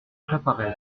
claparède